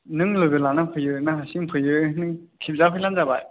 नों लोगो लाना फैयो ना हारसिं फैयो नों खेबजाफैब्लानो जाबाय